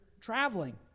traveling